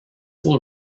will